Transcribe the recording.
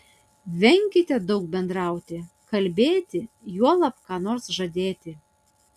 venkite daug bendrauti kalbėti juolab ką nors žadėti